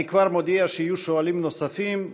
אני כבר מודיע שיהיו שואלים נוספים,